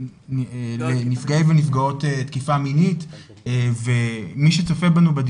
לנפגעי ונפגעות תקיפה מינית ומי שצופה בנו,